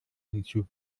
hinzu